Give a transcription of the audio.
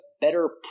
better